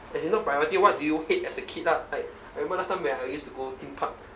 as in not priority what do you hate as a kid lah like I remember last time where I used to go theme park